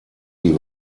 die